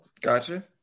Gotcha